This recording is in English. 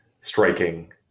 striking